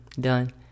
Done